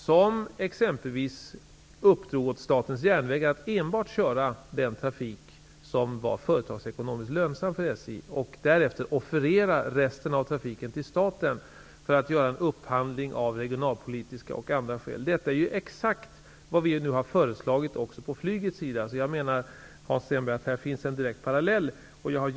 Genom detta beslut uppdrogs åt Statens järnvägar att enbart köra den trafik som var företagsekonomiskt lönsam och därefter offerera resten av trafiken till staten, som skulle göra en upphandling av regionalpolitiska och andra skäl. Detta är exakt vad vi nu har föreslagit skall gälla för flyget. Här finns en direkt parallell, Hans Stenberg.